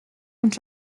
und